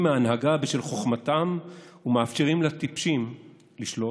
מההנהגה בשל חוכמתם מאפשרים לטיפשים לשלוט?